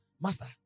master